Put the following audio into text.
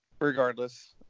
regardless